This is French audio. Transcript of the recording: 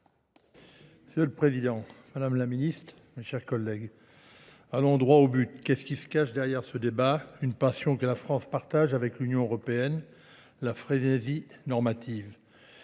Monsieur le Président, Madame la Ministre, mes chers collègues. Allons droit au but. Qu'est-ce qui se cache derrière ce débat ? Une passion que la France partage avec l'Union Européenne, la fraisaisie normative.